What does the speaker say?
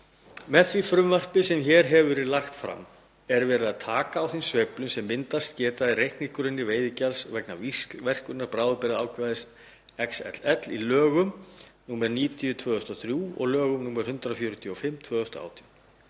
Með því frumvarpi sem hér hefur verið lagt fram er verið að taka á þeim sveiflum sem myndast geta í reiknigrunni veiðigjalds vegna víxlverkunar bráðabirgðaákvæðis LXX í lögum nr. 90/2003 og lögum nr. 145/2018.